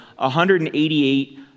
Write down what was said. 188